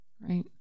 Right